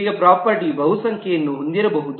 ಈಗ ಪ್ರಾಪರ್ಟೀ ಬಹುಸಂಖ್ಯೆಯನ್ನು ಹೊಂದಿರಬಹುದು